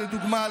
לדוגמה,